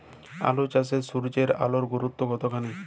আলু চাষে সূর্যের আলোর গুরুত্ব কতখানি?